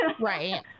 right